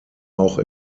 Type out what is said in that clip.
auch